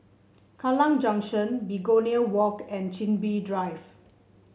Kallang Junction Begonia Walk and Chin Bee Drive